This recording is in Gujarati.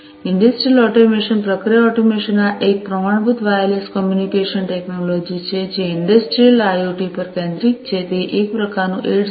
ઇંડસ્ટ્રિયલ ઑટોમેશન પ્રક્રિયા ઑટોમેશન આ એક પ્રમાણભૂત વાયરલેસ કમ્યુનિકેશન ટેકનોલોજી છે જે ઇંડસ્ટ્રિયલ આઇઓટી પર કેન્દ્રિત છે તે એક પ્રકારનું 802